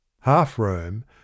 Half-Rome